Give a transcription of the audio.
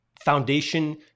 foundation